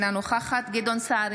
אינה נוכחת גדעון סער,